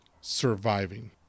surviving